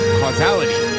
causality